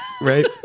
right